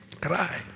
Cry